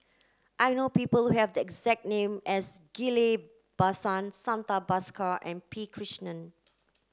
I know people have the exact name as Ghillie Basan Santha Bhaskar and P Krishnan